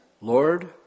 Lord